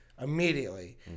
immediately